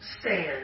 stand